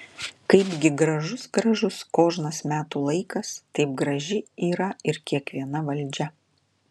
kaipgi gražus gražus kožnas metų laikas taip graži yra ir kiekviena valdžia